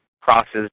crosses